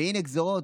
והינה גזרות.